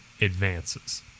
advances